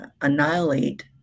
annihilate